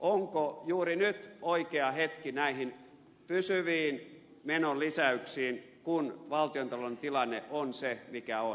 onko juuri nyt oikea hetki näihin pysyviin menonlisäyksiin kun valtiontalouden tilanne on se mikä on